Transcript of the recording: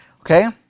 Okay